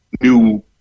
new